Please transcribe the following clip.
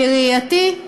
בראייתי,